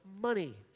money